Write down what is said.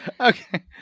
Okay